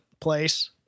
place